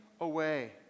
away